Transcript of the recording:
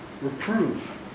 Reprove